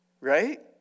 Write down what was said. right